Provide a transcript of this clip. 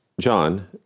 John